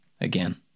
Again